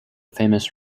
famous